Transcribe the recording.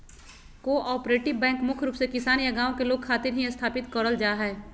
cooperative bank मुख्य रूप से किसान या गांव के लोग खातिर ही स्थापित करल जा हय